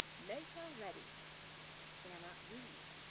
megha reddy. anna reed.